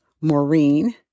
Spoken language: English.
Maureen